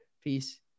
Peace